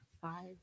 five